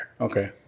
Okay